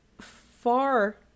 far